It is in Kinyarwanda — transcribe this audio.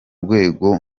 rwego